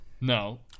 No